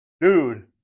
Dude